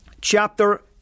chapter